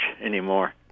anymore